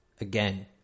again